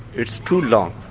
it's too long.